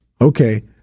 okay